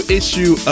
issue